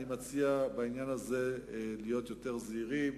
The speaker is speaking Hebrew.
אני מציע בעניין הזה להיות יותר זהירים.